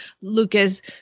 Lucas